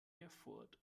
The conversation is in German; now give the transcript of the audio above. erfurt